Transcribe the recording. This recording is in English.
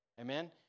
Amen